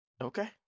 Okay